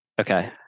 Okay